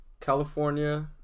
California